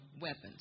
weapons